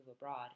abroad